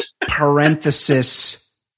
parenthesis